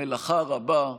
המלאכה רבה,